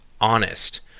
honest